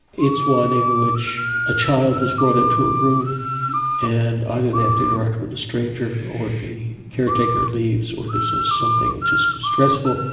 it's one in which a child is brought into a room and either they have to interact with a stranger or the caretaker leaves or there so is something which is stressful.